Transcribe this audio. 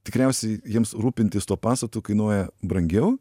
tikriausiai jiems rūpintis tuo pastatu kainuoja brangiau